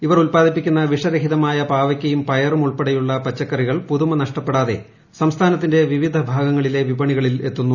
ഇവർ ഉൽപ്പാദിപ്പിക്കുന്ന വിഷരഹിതമായ പാവയ്ക്കയും പയറും ഉൾപ്പെടെയുള്ള പച്ചക്കറികൾ പുതുമ നഷ്ടപ്പെടാതെ സംസ്ഥാനത്തിന്റെട് വിവിധ ഭാഗങ്ങളിലെ വിപണികളിൽ ് എത്തുന്നു